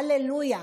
הללויה,